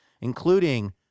including